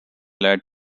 led